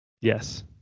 Yes